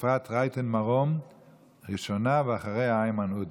אפרת רייטן מרום ראשונה, ואחריה איימן עודה.